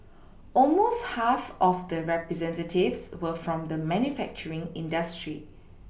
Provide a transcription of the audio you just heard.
almost half of the representatives were from the manufacturing industry